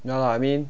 ya lah I mean